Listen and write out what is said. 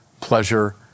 pleasure